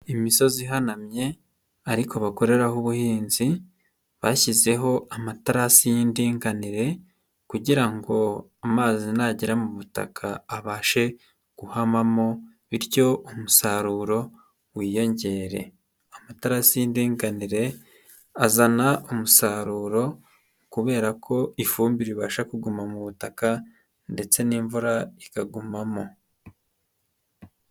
Imisozi ihanamye ariko bakoreraho ubuhinzi, bashyizeho amaterasi y'indinganire kugira ngo amazi nagera mu butaka abashe guhamamo bityo umusaruro wiyongere, amatarasi y'indeinganire azana umusaruro kubera ko ifumbire ibasha kuguma mu butaka ndetse n'imvura ikagumamo.